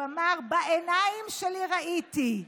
הוא אמר: בעיניים שלי ראיתי,